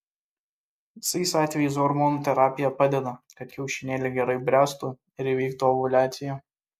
visais atvejais hormonų terapija padeda kad kiaušinėliai gerai bręstų ir įvyktų ovuliacija